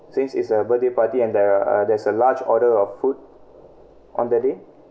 since it's a birthday party and there are uh there's a large order of food on the day